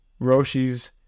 Roshis